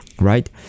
right